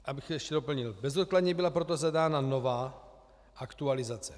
Abych ještě doplnil: Bezodkladně byla proto zadána nová aktualizace.